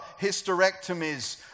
hysterectomies